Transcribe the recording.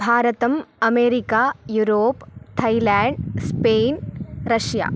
भारतम् America Europe Thailand Spain Russia